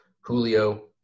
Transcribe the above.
Julio